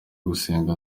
gusenga